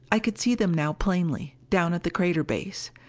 i could see them now plainly, down at the crater base.